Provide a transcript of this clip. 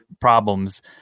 problems